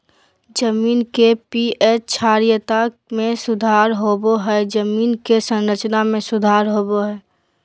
जमीन के पी.एच क्षारीयता में सुधार होबो हइ जमीन के संरचना में सुधार होबो हइ